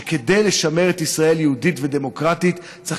שכדי לשמר את ישראל יהודית ודמוקרטית צריך